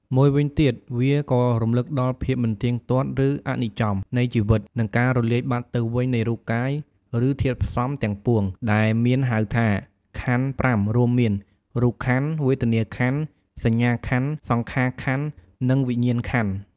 មួយវិញទៀតវាក៏រំលឹកដល់ ភាពមិនទៀងទាត់ ឬ អនិច្ចំ នៃជីវិត និងការរលាយបាត់ទៅវិញនៃរូបកាយ ឬធាតុផ្សំទាំងពួង ដែលមានហៅថា ខន្ធ ៥ រួមមាន រូបក្ខន្ធ វេទនាខន្ធ សញ្ញាខន្ធ សង្ខារក្ខន្ធ និងវិញ្ញាណក្ខន្ធ។